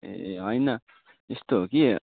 ए होइन यस्तो हो कि